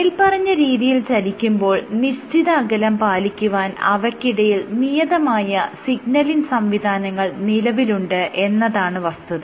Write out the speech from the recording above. മേല്പറഞ്ഞ രീതിയിൽ ചലിക്കുമ്പോൾ നിശ്ചിത അകലം പാലിക്കുവാൻ അവയ്ക്കിടയിൽ നിയതമായ സിഗ്നലിങ് സംവിധാനങ്ങൾ നിലവിലുണ്ട് എന്നതാണ് വസ്തുത